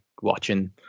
watching